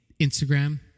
Instagram